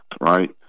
right